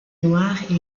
noire